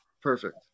Perfect